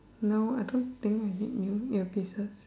no I don't think I need new ear pieces